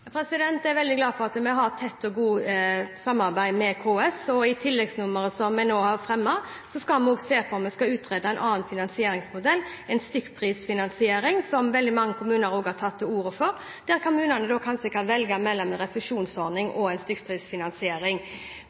Jeg er veldig glad for at vi har et tett og godt samarbeid med KS. I tilleggsnummeret vi nå har fremmet, skal vi også se på om vi skal utrede en annen finansieringsmodell, en stykkprisfinansiering som veldig mange kommuner har tatt til orde for, der kommunene kan velge mellom en refusjonsordning og en stykkprisfinansiering.